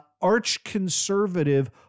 arch-conservative